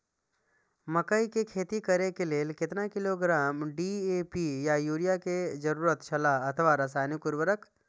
मकैय के खेती करे के लेल केतना किलोग्राम डी.ए.पी या युरिया के जरूरत छला अथवा रसायनिक उर्वरक?